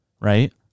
right